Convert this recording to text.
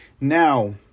now